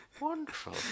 Wonderful